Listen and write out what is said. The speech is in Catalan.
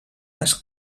les